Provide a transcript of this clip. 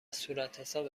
صورتحساب